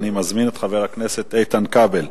אני מזמין את חבר הכנסת איתן כבל.